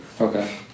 Okay